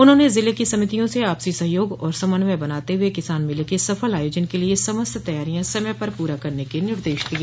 उन्होंने जिले की समितियों से आपसी सहयोग और समन्वय बनाते हुए किसान मेले के सफल आयोजन के लिए समस्त तैयारियां समय पर पूरा करने के निर्देश दिए